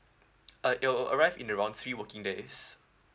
uh it will arrive in around three working days